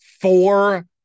four